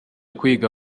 kwiga